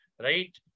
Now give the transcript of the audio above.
right